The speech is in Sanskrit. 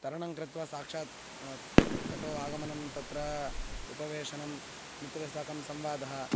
तरणं कृत्वा साक्षात् तटे आगमनं तत्र उपवेशनं मित्रेस्साकं संवादः